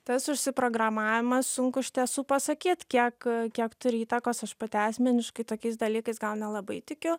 tas užsiprogramavimas sunku iš tiesų pasakyt kiek kiek turi įtakos aš pati asmeniškai tokiais dalykais gal nelabai tikiu